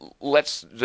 lets –